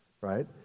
right